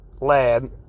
lad